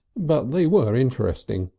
but they were interesting,